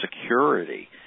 security –